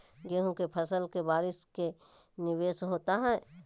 गेंहू के फ़सल के बारिस में की निवेस होता है?